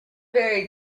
very